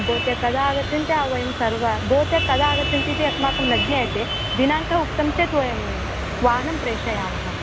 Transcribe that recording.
भवत्याः कदा आगच्छन्ति वयं सर्व भवन्तः कदा आगच्छन्ति इति अस्माकं न ज्ञायते दिनाङ्कः उक्तं चेत् वयं वाहनं प्रेषयामः